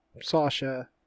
sasha